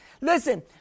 listen